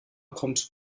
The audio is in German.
kommt